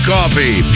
Coffee